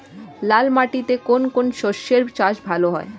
লাল মাটিতে কোন কোন শস্যের চাষ ভালো হয়?